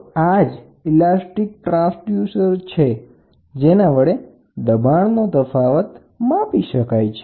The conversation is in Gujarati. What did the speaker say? તો આ જ ઇલાસ્ટિક ટ્રાન્સડ્યુસર છે જેના વડે દબાણનો તફાવત માપી શકાય છે